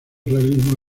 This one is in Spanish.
realismo